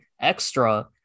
extra